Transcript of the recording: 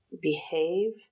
behave